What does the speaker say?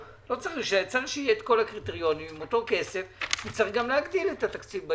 צריך שיהיו את כל הקריטריונים וצריך גם להגדיל את התקציב.